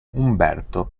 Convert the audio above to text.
umberto